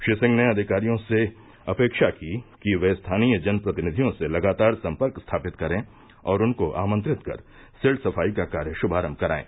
श्री सिंह ने अधिकारियों से अपेक्षा की वे स्थानीय जन प्रतिनिधियों से लगातार संपर्क स्थापित करें और उनको आमंत्रित कर सिल्ट सफाई का कार्य शुभारम्भ करायें